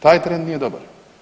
Taj trend nije dobar.